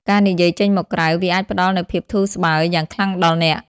ការនិយាយចេញមកក្រៅ វាអាចផ្តល់នូវភាពធូរស្បើយយ៉ាងខ្លាំងដល់អ្នក។